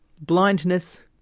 blindness